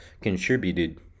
contributed